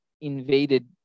invaded